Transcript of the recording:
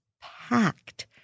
packed